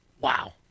Wow